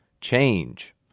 change